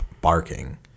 barking